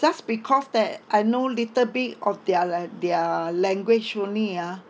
just because that I know little bit of their la~ their language only ah